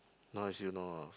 not as you know of